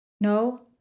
No